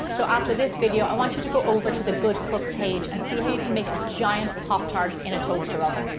so after this video i want you to go over to the goodcook page and see how you can make a giant pop tart in a toaster oven.